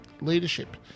leadership